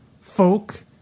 Folk